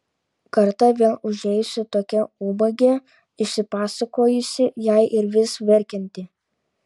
kartą vėl užėjusi tokia ubagė išsipasakojusi jai ir vis verkianti